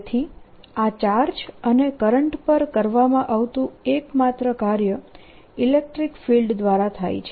તેથી આ ચાર્જ અને કરંટ પર કરવામાં આવતું એક માત્ર કાર્ય ઇલેક્ટ્રીક ફીલ્ડ દ્વારા થાય છે